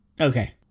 Okay